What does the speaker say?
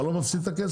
אתה לא מפסיד את הכסף?